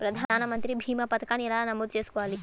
ప్రధాన మంత్రి భీమా పతకాన్ని ఎలా నమోదు చేసుకోవాలి?